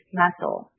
muscle